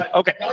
okay